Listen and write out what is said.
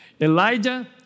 Elijah